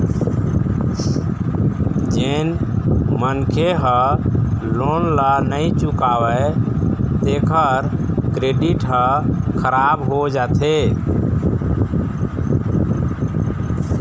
जेन मनखे ह लोन ल नइ चुकावय तेखर क्रेडिट ह खराब हो जाथे